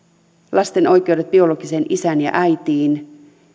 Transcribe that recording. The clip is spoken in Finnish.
lasten oikeudet biologiseen isään ja äitiin